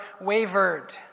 wavered